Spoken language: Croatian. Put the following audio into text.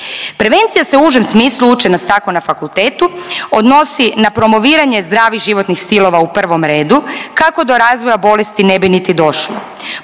Prevencija se u užem smislu, uče nas tako na fakultetu, odnosi na promoviranju zdravih životnih stilova, u prvom redu, kako do razvoja bolesti ne bi niti došlo.